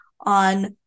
on